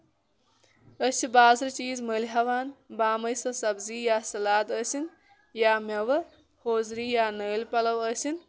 أسۍ چھِ باززرٕ چیٖز مٔلۍ ہیوان بامے سُہ سَبزی یا سَلاد ٲسِنۍ یا میوٕ ہوزری یا نٲلۍ پَلو ٲسِنۍ